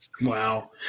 Wow